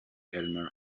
elmer